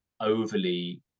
overly